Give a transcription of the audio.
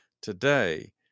today